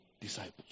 disciples